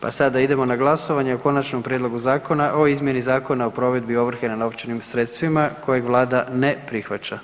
Pa sada idemo na glasovanje o Konačnom prijedlogu zakona o izmjeni Zakona o provedbi ovrhe na novčanim sredstvima kojeg Vlada ne prihvaća.